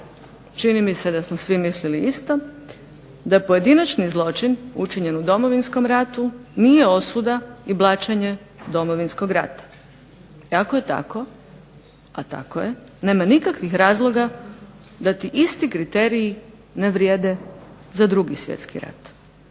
čini mi se da smo svi mislili isto, da pojedinačni zločin učinjen u Domovinskom ratu nije osuda i blaćenje Domovinskog rata. Iako je tako, a tako je, nema nikakvih razloga da ti isti kriteriji ne vrijede za Drugi svjetski rat.